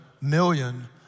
million